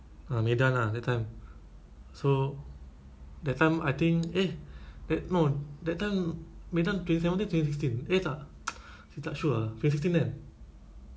ah medan ah that time so that time I think eh that no that time medan twenty seventeen twenty fifteen eh tak tak sure ah twenty sixteen kan